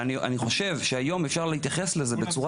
אני חושב שהיום אפשר להתייחס לזה בצורה